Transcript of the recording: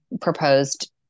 proposed